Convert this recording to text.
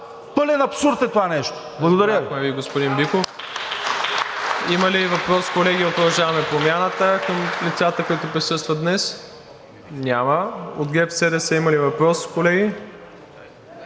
Пълен абсурд е това нещо! Благодаря Ви.